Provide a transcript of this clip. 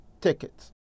tickets